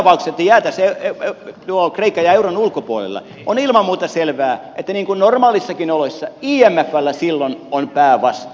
mutta siinä tapauksessa että kreikka jää euron ulkopuolelle on ilman muuta selvää että niin kuin normaaleissakin oloissa imfllä silloin on päävastuu